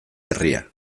herria